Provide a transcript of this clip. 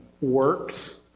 works